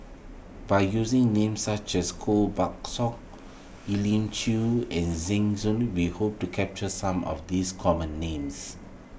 by using names such as Koh Buck Song Elim Chew and Zeng we hope to capture some of these common names